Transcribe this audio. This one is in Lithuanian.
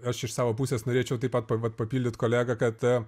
aš iš savo pusės norėčiau taip pat vat papildyt kolegą kad